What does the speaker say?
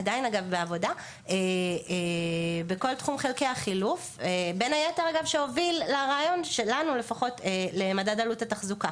עדיין בעבודה וזה הוביל בין היתר לרעיון שלנו לגבי מדד עלות התחזוקה.